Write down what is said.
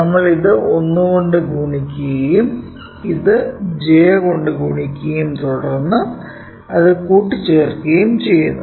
നമ്മൾ ഇത് 1 കൊണ്ട് ഗുണിക്കുകയും ഇത് j കൊണ്ട് ഗുണിക്കുകയുംതുടർന്ന് അത് കൂട്ടിച്ചേർക്കുകയും ചെയ്യുന്നു